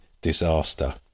disaster